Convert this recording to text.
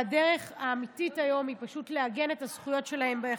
והדרך האמיתית היום היא פשוט לעגן את הזכויות שלהם בחקיקה.